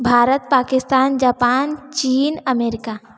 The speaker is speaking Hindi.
भारत पाकिस्तान जापान चीन अमेरिका